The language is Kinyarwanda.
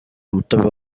umutobe